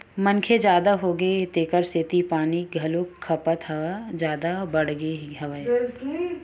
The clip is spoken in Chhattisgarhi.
मनखे जादा होगे हे तेखर सेती पानी के घलोक खपत ह जादा बाड़गे गे हवय